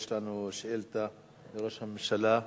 יש לנו שאילתא לראש הממשלה.